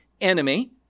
enemy